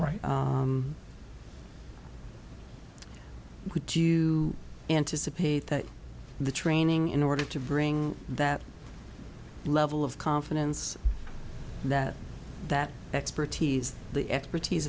right would you anticipate that the training in order to bring that level of confidence that that expertise the expertise